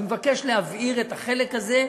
אני מבקש להבהיר את החלק הזה.